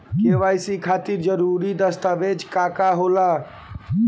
KYC खातिर जरूरी दस्तावेज का का होला?